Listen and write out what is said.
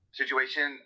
situation